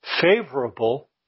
favorable